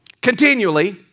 continually